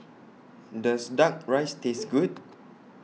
Does Duck Rice Taste Good